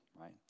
right